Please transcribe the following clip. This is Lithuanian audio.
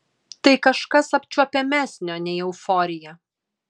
tai kažkas apčiuopiamesnio nei euforija